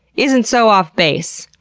isn't so off-base.